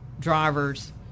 drivers